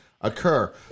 occur